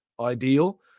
ideal